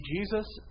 Jesus